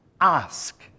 ask